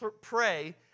pray